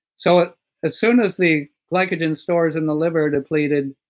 so as soon as the glycogen source in the liver are depleted,